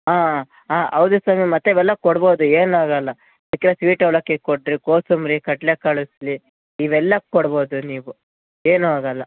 ಹಾಂ ಹಾಂ ಹೌದು ಸ್ವಾಮಿ ಮತ್ತೆ ಇವೆಲ್ಲ ಕೊಡ್ಬೋದು ಏನು ಆಗಲ್ಲ ಏಕೆ ಸ್ವೀಟ್ ಅವಲಕ್ಕಿ ಕೊಟ್ಟರೆ ಕೋಸಂಬರಿ ಕಡ್ಲೆಕಾಳು ಉಸ್ಲಿ ಇವೆಲ್ಲ ಕೊಡ್ಬೋದು ನೀವು ಏನು ಆಗಲ್ಲ